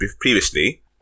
previously